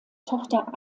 tochter